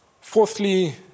Fourthly